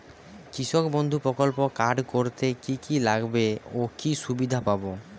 কৃষক বন্ধু প্রকল্প কার্ড করতে কি কি লাগবে ও কি সুবিধা পাব?